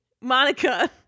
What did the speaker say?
Monica